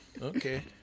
Okay